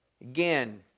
Again